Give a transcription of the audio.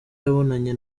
yabonanye